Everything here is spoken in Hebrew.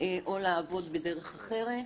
או לעבוד בדרך אחרת.